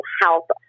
health